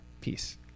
peace